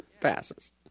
passes